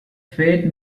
fate